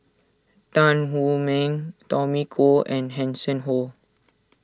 Tan Wu Meng Tommy Koh and Hanson Ho